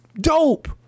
Dope